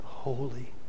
holy